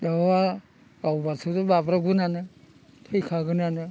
दाउआ गावब्लाथ' बाब्राबगोनआनो थैखागोनआनो